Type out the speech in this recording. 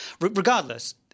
regardless